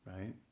Right